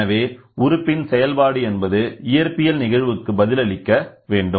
எனவே உறுப்பின் செயல்பாடு என்பது இயற்பியல் நிகழ்வுக்கு பதிலளிக்க வேண்டும்